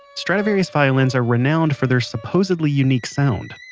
stradivarius violins are renowned for their supposedly unique sound.